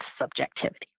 subjectivity